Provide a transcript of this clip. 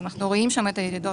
אנחנו רואים שם את הירידות.